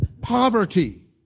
poverty